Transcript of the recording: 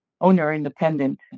owner-independent